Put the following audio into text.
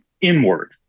inward